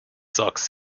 sox